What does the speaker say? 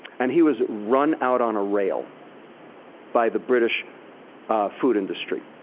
and he was run out on a rail by the british food industry.